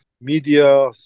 media